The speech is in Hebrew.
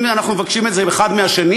אם אנחנו מבקשים את זה אחד מהשני,